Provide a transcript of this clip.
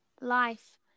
life